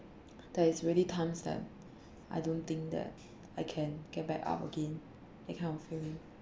that is really time stamp I don't think that I can get back up again that kind of feeling